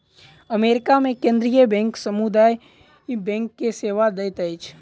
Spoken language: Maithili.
अमेरिका मे केंद्रीय बैंक समुदाय बैंक के सेवा दैत अछि